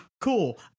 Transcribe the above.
cool